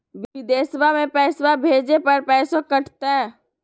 बिदेशवा मे पैसवा भेजे पर पैसों कट तय?